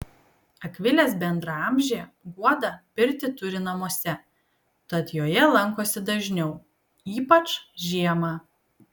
akvilės bendraamžė guoda pirtį turi namuose tad joje lankosi dažniau ypač žiemą